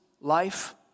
life